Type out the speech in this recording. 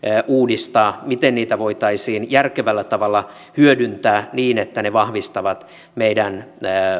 uudistaa miten niitä voitaisiin järkevällä tavalla hyödyntää niin että ne vahvistavat meidän